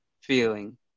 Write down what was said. feeling